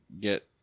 get